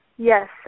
Yes